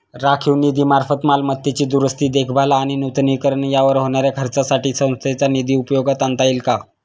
राखीव निधीमार्फत मालमत्तेची दुरुस्ती, देखभाल आणि नूतनीकरण यावर होणाऱ्या खर्चासाठी संस्थेचा निधी उपयोगात आणता येईल का?